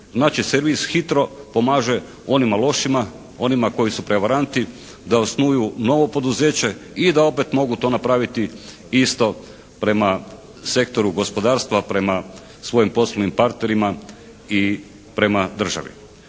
Znači servis HITRO pomaže onima lošima, onima koji su prevaranti da osnuju novo poduzeće i da opet mogu to napraviti isto prema sektoru gospodarstva, prema svojim poslovnim partnerima i prema državi.